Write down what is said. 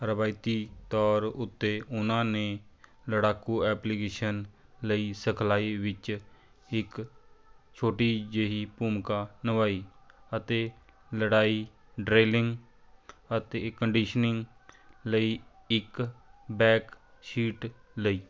ਰਵਾਇਤੀ ਤੌਰ ਉੱਤੇ ਉਹਨਾਂ ਨੇ ਲੜਾਕੂ ਐਪਲੀਕੇਸ਼ਨ ਲਈ ਸਿਖਲਾਈ ਵਿੱਚ ਇੱਕ ਛੋਟੀ ਜਿਹੀ ਭੂਮਿਕਾ ਨਿਭਾਈ ਅਤੇ ਲੜਾਈ ਡ੍ਰਿਲਿੰਗ ਅਤੇ ਕੰਡੀਸ਼ਨਿੰਗ ਲਈ ਇੱਕ ਬੈਕ ਸ਼ੀਟ ਲਈ